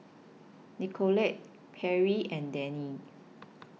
Nikole Perri and Dennie